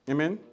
Amen